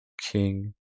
King